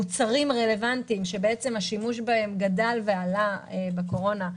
מוצרים רלוונטיים שהשימוש בהם גדל ועלה בקורונה,